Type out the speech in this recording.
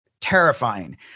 terrifying